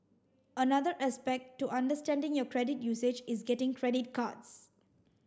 another aspect to understanding your credit usage is getting credit cards